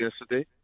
yesterday